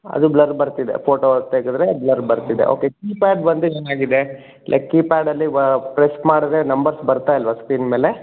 ಅದು ಬ್ಲರ್ ಬರ್ತಿದೆ ಫೋಟೋ ತೆಗೆದ್ರೆ ಬ್ಲರ್ ಬರ್ತಿದೆ ಒಕೆ ಕೀಪ್ಯಾಡ್ ಬಂದು ಏನಾಗಿದೆ ಇಲ್ಲ ಕೀಪ್ಯಾಡಲ್ಲಿ ವ ಪ್ರೆಸ್ ಮಾಡಿದ್ರೆ ನಂಬರ್ಸ್ ಬರ್ತಾ ಇಲ್ಲವಾ ಸ್ಕ್ರೀನ್ ಮೇಲೆ